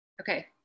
Okay